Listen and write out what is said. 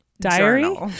diary